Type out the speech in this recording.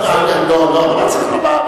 לא צריך לומר.